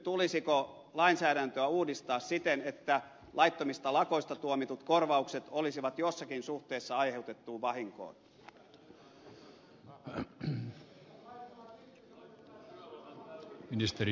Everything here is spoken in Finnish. tulisiko lainsäädäntöä uudistaa siten että laittomista lakoista tuomitut korvaukset olisivat jossakin suhteessa aiheutettuun vahinkoon